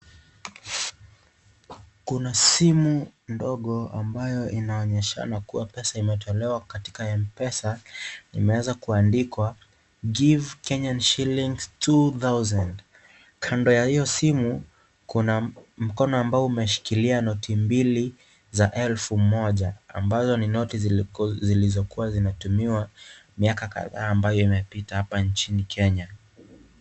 Kuna simu ndogo ambayo inaonyeshana kuwa pesa imetolewa katika Mpesa imewaza kuandikwa give Kenyan shillings two thousand kando ya hiyo simu kuna mkono ambao umeshikilia noti mbili za elfu moja ambazo ni noti zilizokuwa zinatumiwa miaka kadhaa ambayo imepita hapa nchini Kenya.